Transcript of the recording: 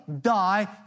die